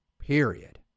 Period